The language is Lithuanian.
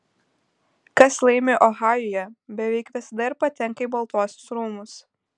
kas laimi ohajuje beveik visada ir patenka į baltuosius rūmus